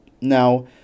Now